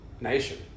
nation